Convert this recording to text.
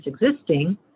existing